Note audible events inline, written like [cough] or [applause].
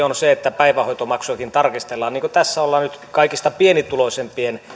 [unintelligible] on se että päivähoitomaksujakin tarkistellaan niin kuin tässä ollaan nyt kaikista pienituloisimpien